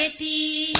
the